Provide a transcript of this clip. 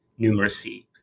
numeracy